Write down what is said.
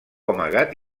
amagat